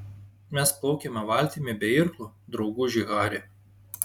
mes plaukiame valtimi be irklų drauguži hari